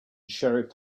sheriff